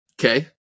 Okay